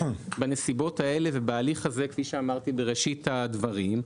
בנסיבות האלה ובהליך הזה כפי שאמרתי בתחילת הדברים,